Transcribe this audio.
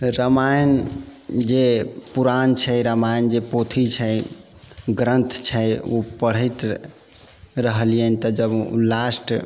रामायण जे पुराण छै रामायण जे पोथी छै ग्रन्थ छै ओ पढ़ैत रहलियनि तऽ जब लास्ट